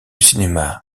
cinéma